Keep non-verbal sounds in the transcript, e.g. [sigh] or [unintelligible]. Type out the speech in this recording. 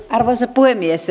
[unintelligible] arvoisa puhemies [unintelligible]